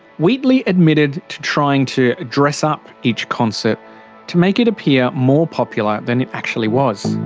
wheatley admitted to trying to dress up each concert to make it appear more popular than it actually was.